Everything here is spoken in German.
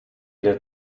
der